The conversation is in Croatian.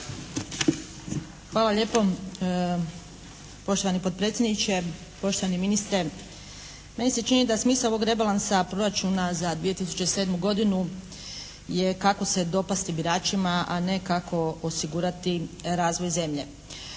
Hvala lijepo. Poštovani potpredsjedniče, poštovani ministre meni se čini da smisao ovog rebalansa proračuna za 2007. godinu je kako se dopasti biračima a ne kako osigurati razvoj zemlje?